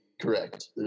correct